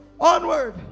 Onward